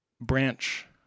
branch